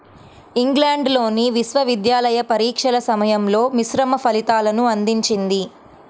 ఇంగ్లాండ్లోని విశ్వవిద్యాలయ పరీక్షల సమయంలో మిశ్రమ ఫలితాలను అందించింది